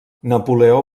napoleó